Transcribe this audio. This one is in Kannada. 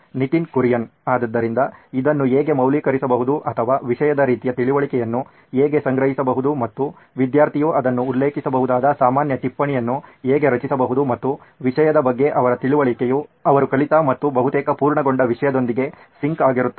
ನಿತಿನ್ ಕುರಿಯನ್ ಆದ್ದರಿಂದ ಇದನ್ನು ಹೇಗೆ ಮೌಲ್ಯೀಕರಿಸಬಹುದು ಅಥವಾ ವಿಷಯದ ರೀತಿಯ ತಿಳುವಳಿಕೆಯನ್ನು ಹೇಗೆ ಸಂಗ್ರಹಿಸಬಹುದು ಮತ್ತು ವಿದ್ಯಾರ್ಥಿಯು ಅದನ್ನು ಉಲ್ಲೇಖಿಸಬಹುದಾದ ಸಾಮಾನ್ಯ ಟಿಪ್ಪಣಿಯನ್ನು ಹೇಗೆ ರಚಿಸಬಹುದು ಮತ್ತು ವಿಷಯದ ಬಗ್ಗೆ ಅವರ ತಿಳುವಳಿಕೆಯು ಅವರು ಕಲಿತ ಮತ್ತು ಬಹುತೇಕ ಪೂರ್ಣಗೊಂಡ ವಿಷಯಗಳೊಂದಿಗೆ ಸಿಂಕ್ ಆಗಿರುತ್ತದೆ